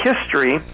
history